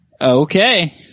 Okay